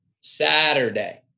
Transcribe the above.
Saturday